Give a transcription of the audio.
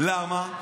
למה?